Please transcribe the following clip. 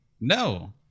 No